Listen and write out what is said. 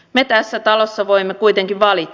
me tässä talossa voimme kuitenkin valita